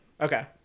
Okay